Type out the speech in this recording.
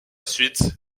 suite